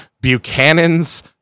Buchanan's